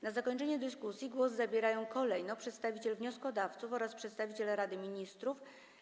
Na zakończenie dyskusji głos zabierają kolejno przedstawiciel wnioskodawców oraz przedstawiciel Rady Ministrów.